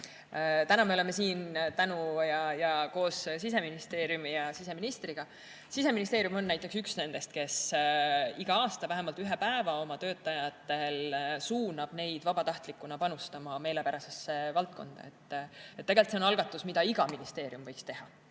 Täna me oleme siin tänu Siseministeeriumile ja koos siseministriga. Siseministeerium on näiteks üks nendest, kes igal aastal vähemalt ühe päeva suunab oma töötajaid vabatahtlikuna panustama meelepärasesse valdkonda. Tegelikult see on algatus, mida iga ministeerium võiks teha,